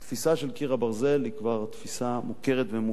תפיסה של "קיר הברזל" היא כבר תפיסה מוכרת ומופנמת,